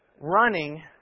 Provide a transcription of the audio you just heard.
Running